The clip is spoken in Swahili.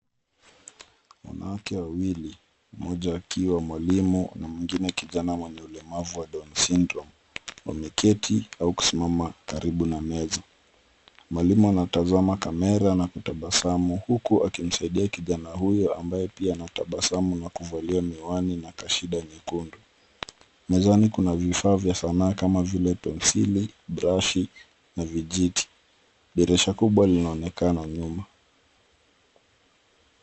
Wanawake wawili moja akiwa mwalimu na mwingine kijana mwenye ulemavu wa down syndrome wameketi au kusimama karibu na meza, mwalimu anatazama kamera na kutabasamu huku akimsaidia kijana huyo ambaye pia anatabasamu na kuvalia miwani na kashinda nyekundu ,mezani kuna vifaa vya sanaa kama vile penseli, brashi na vijiti dirisha kubwa linaonekana nyuma.